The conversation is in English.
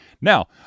Now